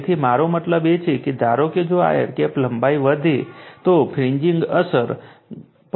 તેથી મારો મતલબ એ છે કે ધારો કે જો આ એર ગેપ લંબાઈ વધે તો ફ્રિન્ગિંગ અસર પણ વધશે